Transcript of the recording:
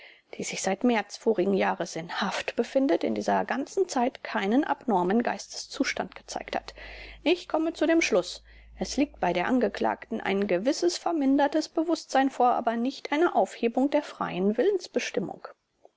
die sich seit märz vorigen jahres in haft befindet in dieser ganzen zeit keinen abnormen geisteszustand gezeigt hat ich komme zu dem schluß es liegt bei der angeklagten ein gewisses vermindertes bewußtsein vor aber nicht eine aufhebung der freien